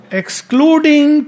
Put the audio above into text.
excluding